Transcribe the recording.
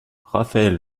raphaël